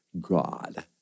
God